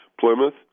Plymouth